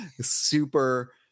super